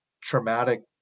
traumatic